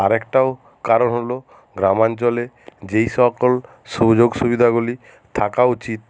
আরেকটাও কারণ হলো গ্রামাঞ্চলে যেই সকল সুযোগ সুবিধাগুলি থাকা উচিত